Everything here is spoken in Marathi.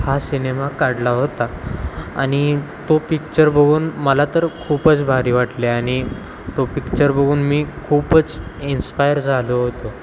हा सिनेमा काढला होता आणि तो पिक्चर बघून मला तर खूपच भारी वाटले आणि तो पिक्चर बघून मी खूपच इन्स्पायर झालो होतो